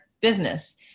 business